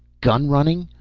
gun-running!